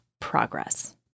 progress